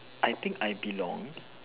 I think I belong